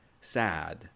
sad